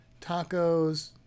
tacos